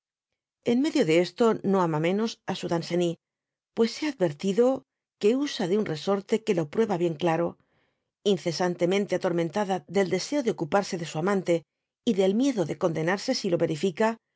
n medio de esto no ama mños á su danceny pues hé advertido que usa de un resorte que lo prudm bien claro incesantemente atormentada del deseo de ocuparse de su amante y del miedo de condenarse si lo verifica